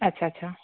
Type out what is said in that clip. अच्छा अच्छा